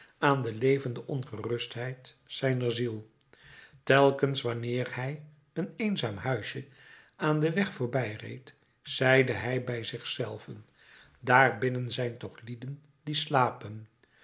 aan de levende ongerustheid zijner ziel telkens wanneer hij een eenzaam huisje aan den weg voorbijreed zeide hij bij zich zelven daarbinnen zijn toch lieden die slapen